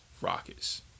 rockets